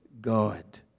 God